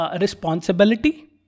responsibility